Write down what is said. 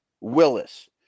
Willis